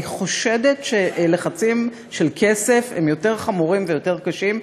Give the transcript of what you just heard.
אני חושדת שלחצים של כסף הם יותר חמורים ויותר קשים,